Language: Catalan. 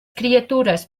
criatures